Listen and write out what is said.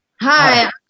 Hi